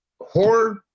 horror